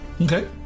Okay